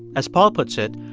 as paul puts it,